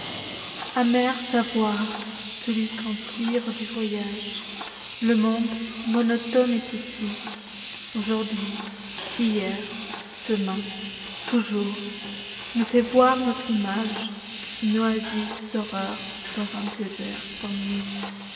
amer savoir celui qu'on tire du voyage le monde monotone et petit aujourd'hui hier demain toujours nous fait voir notre imageune oasis d'horreur dans un désert d'ennui